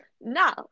Now